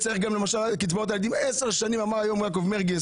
לגבי קצבאות הילדים אמר היום יעקב מרגי,